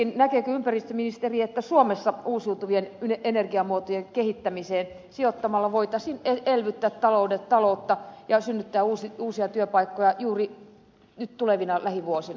näkeekö ympäristöministeri että suomessa uusiutuvien energiamuotojen kehittämiseen sijoittamalla voitaisiin elvyttää taloutta ja synnyttää uusia työpaikkoja juuri nyt tulevina lähivuosina